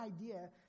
idea